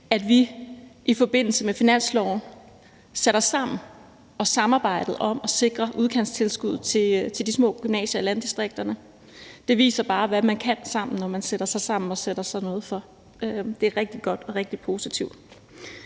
vi i forbindelse med finansloven satte os sammen og samarbejdede om at sikre udkantstilskuddet til de små gymnasier i landdistrikterne. Det viser bare, hvad man kan sammen, når man sætter sig sammen og sætter sig noget for. Det er rigtig godt, det er rigtig positivt.